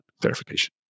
clarification